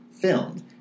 filmed